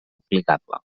aplicable